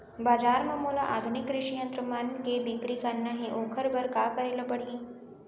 बजार म मोला आधुनिक कृषि यंत्र मन के बिक्री करना हे ओखर बर का करे ल पड़ही?